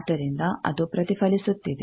ಆದ್ದರಿಂದ ಅದು ಪ್ರತಿಫಲಿಸುತ್ತಿದೆ